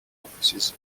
offices